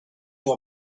you